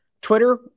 Twitter